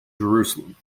jerusalem